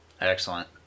Excellent